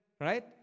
Right